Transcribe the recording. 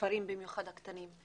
בכפרים במיוחד הקטנים,